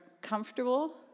comfortable